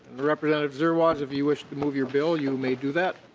representative zerwas if you wish to move your billyou may do that.